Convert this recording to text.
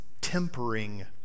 tempering